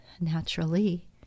Naturally